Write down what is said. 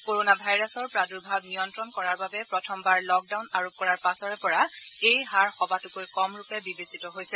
corona ভাইৰাছৰ প্ৰাদুৰ্ভাৱ নিয়ন্ত্ৰণ কৰাৰ বাবে প্ৰথমবাৰ লকডাউন আৰোপ কৰাৰ পাছৰে পৰা এই হাৰ সবাতোকৈ কম ৰূপে বিবেচিত হৈছে